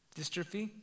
dystrophy